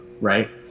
right